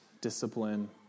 discipline